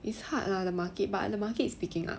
it's hard lah the market but the market is picking up